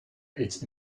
its